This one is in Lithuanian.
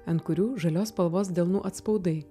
ant kurių žalios spalvos delnų atspaudai